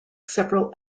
several